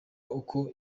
uko